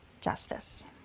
justice